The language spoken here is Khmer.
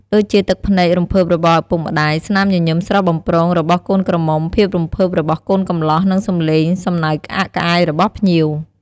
ដូចជាទឹកភ្នែករំភើបរបស់ឪពុកម្តាយ ស្នាមញញឹមស្រស់បំព្រងរបស់កូនក្រមុំ ភាពរំភើបរបស់កូនកំលោះ និងសំឡេងសំណើចក្អាកក្អាយរបស់ភ្ញៀវ។